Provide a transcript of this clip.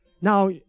Now